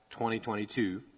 2022